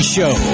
Show